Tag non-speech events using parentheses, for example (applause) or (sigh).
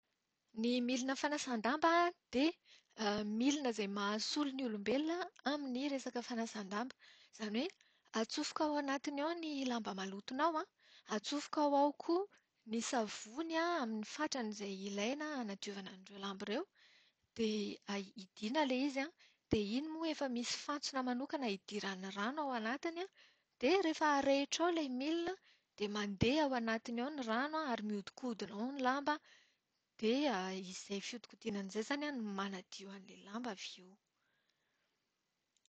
Ny milina fanasàn-damba dia (hesitation) milina izay mahasolo ny olombelona amin'ny resaka fanasan-damba. Izany hoe atsofokaa ao anatiny ao ny lamba malotonao an, atsofokao ao koa ny savony amin'ny fatrany izay ilaina hanadiovana an'ireo lamba ireo, dia hidiana ilay izy an. Dia iny moa efa misy fantsona manokana hidiran'ny rano ao anatiny, dia rehefa arehitrao ilay milina dia mandeha ao anatiny ao ny rano ary mihodinkondina ao ny lamba dia (hesitation) izay fihodinkodinany izay izany no manadio an'ilay lamba avy eo.